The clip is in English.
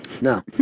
No